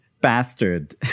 bastard